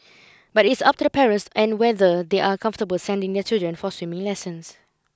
but it is up to the parents and whether they are comfortable sending their children for swimming lessons